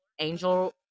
Angel